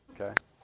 okay